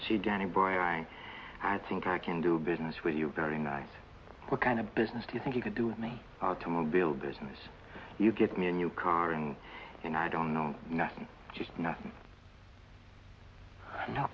she danny boy i think i can do business with you there tonight what kind of business do you think you could do with me automobile business you get me a new car and and i don't know nothing just nothing no